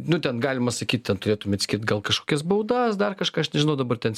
nu ten galima sakyt ten turėtumėt skirt gal kažkokias baudas dar kažką aš nežinau dabar ten